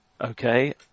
Okay